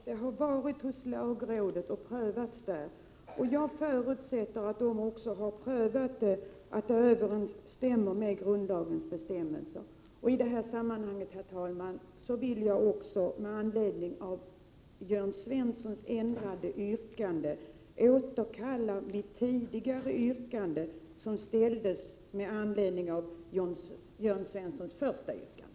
Herr talman! Till Hans Göran Franck: Det här lagförslaget har varit hos lagrådet och prövats där. Jag förutsätter att lagrådet också har prövat att förslaget överensstämmer med grundlagens bestämmelser. I detta sammanhang, herr talman, vill jag också, med anledning av Jörn Svenssons ändrade yrkande, återkalla mitt tidigare yrkande, som framställdes med anledning av Jörn Svenssons första yrkande.